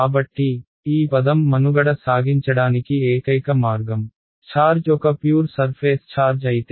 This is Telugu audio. కాబట్టి ఈ పదం మనుగడ సాగించడానికి ఏకైక మార్గం ఛార్జ్ ఒక ప్యూర్ సర్ఫేస్ ఛార్జ్ అయితే